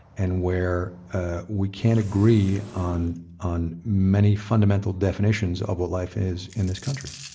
and where we can agree on on many fundamental definitions of what life is in this country?